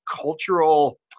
cultural